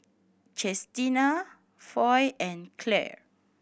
Chestina Foy and Clair